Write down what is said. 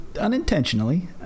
unintentionally